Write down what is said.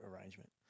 arrangement